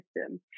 system